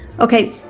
Okay